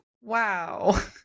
Wow